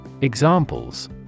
Examples